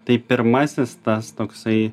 tai pirmasis tas toksai